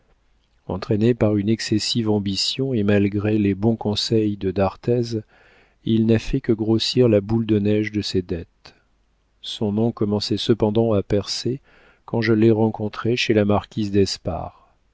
entraîné par une excessive ambition et malgré les bons conseils de d'arthez il n'a fait que grossir la boule de neige de ses dettes son nom commençait cependant à percer quand je l'ai rencontré chez la marquise d'espard